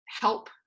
help